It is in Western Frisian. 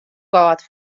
kâld